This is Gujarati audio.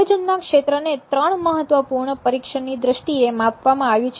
આયોજનના ક્ષેત્રને ત્રણ મહત્વપૂર્ણ પરિક્ષણ ની દ્રષ્ટિએ માપવામાં આવ્યું છે